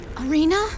Arena